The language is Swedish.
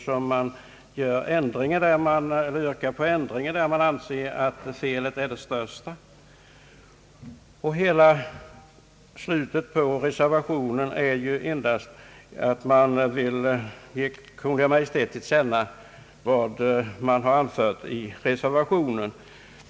Reservanterna yrkar alltså inte på ändringar där de anser att felet är störst. Reservationens kläm går ju endast ut på att riksdagen skall ge Kungl. Maj:t till känna vad reservanterna anfört.